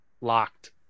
locked